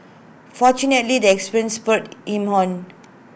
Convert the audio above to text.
fortunately the experience spurred him on